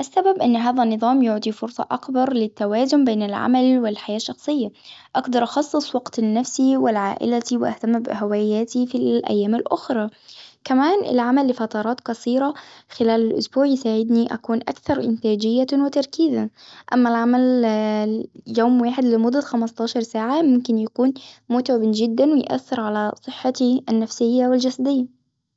السبب أن هذا النظام يعطي فرصة أكبر للتوازن بين العمل والحياة الشخصية، أقدر أخصص وقت لنفسي والعائلة وأهتم بهواياتي في الأيام الأخرى، كمان العمل لفترات قصيرة خلال الإسبوع يساعدني أكون إنتاجية وتركيزا، أما العمل يوم واحد لمدة خمسة عشر ساعة ممكن يكون متعب جدا ، ويأثر على صحتي النفسية والجسدية.